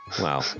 Wow